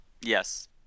Yes